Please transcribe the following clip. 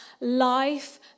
life